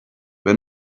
but